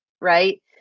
right